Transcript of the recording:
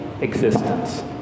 existence